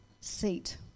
seat